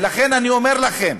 ולכן אני אומר לכם: